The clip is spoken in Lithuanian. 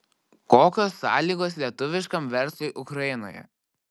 kokios sąlygos lietuviškam verslui ukrainoje